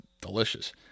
delicious